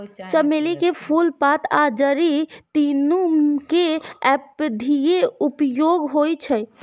चमेली के फूल, पात आ जड़ि, तीनू के औषधीय उपयोग होइ छै